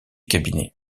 cabinet